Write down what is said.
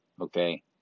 Okay